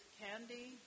candy